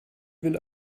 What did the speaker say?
will